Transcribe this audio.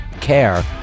care